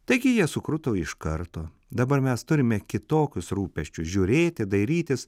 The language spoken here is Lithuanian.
taigi jie sukruto iš karto dabar mes turime kitokius rūpesčius žiūrėti dairytis